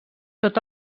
tot